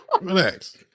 relax